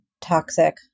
toxic